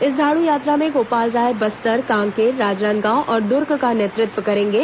इस झाड़ू यात्रा में गोपाल राय बस्तर कांकेर राजनांदगांव और दुर्ग का नेतृत्व करेंगे